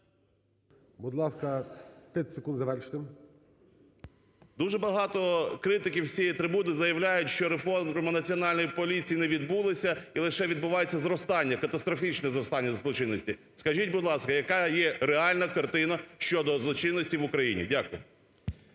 Дуже багато критиків з цієї трибуни заявляють, що реформи Національної поліції на відбулися і лише відбувається зростання, катастрофічне зростання злочинності. Скажіть, будь ласка, яка є реальна картина щодо злочинності в Україні? Дякую.